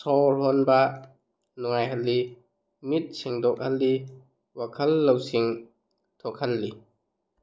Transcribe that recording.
ꯁꯣꯔ ꯍꯣꯟꯕ ꯅꯨꯡꯉꯥꯏꯍꯜꯂꯤ ꯃꯤꯠ ꯁꯤꯡꯗꯣꯛꯍꯜꯂꯤ ꯋꯥꯈꯜ ꯂꯧꯁꯤꯡ ꯊꯣꯛꯍꯜꯂꯤ